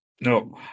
No